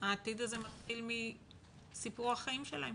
העתיד הזה מתחיל מסיפור החיים שלהם